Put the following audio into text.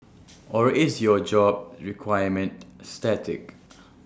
or is your job requirement static